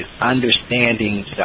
understanding